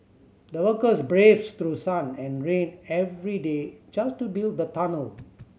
the workers braved through sun and rain every day just to build the tunnel